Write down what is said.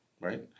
right